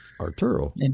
Arturo